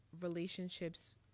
relationships